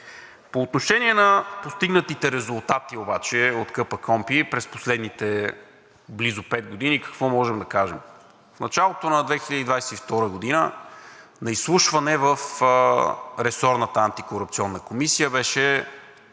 По отношение на постигнатите резултати обаче от КПКОНПИ през последните близо пет години какво можем да кажем? В началото на 2022 г. на изслушване в ресорната Антикорупционна комисия беше